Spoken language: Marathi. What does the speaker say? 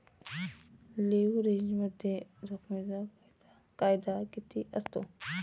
लिव्हरेजमध्ये जोखमीचा धोका किती असतो?